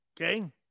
Okay